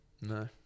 no